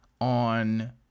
on